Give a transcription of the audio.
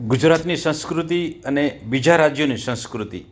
ગુજરાતની સંસ્કૃતિ અને બીજા રાજ્યોની સંસ્કૃતિ